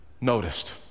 noticed